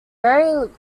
very